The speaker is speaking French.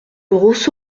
rosso